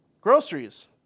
Groceries